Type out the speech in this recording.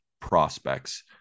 prospects